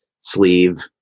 sleeve